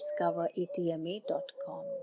discoveratma.com